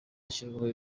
ashyirwaho